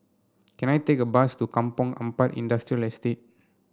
can I take a bus to Kampong Ampat Industrial Estate